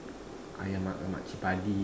ayam lemak lemak chili padi